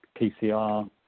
pcr